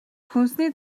хүнсний